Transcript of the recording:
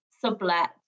sublet